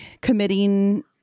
committing